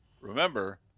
Remember